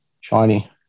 shiny